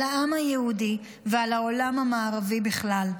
על העם היהודי ועל העולם המערבי בכלל.